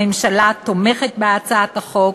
הממשלה תומכת בהצעת החוק,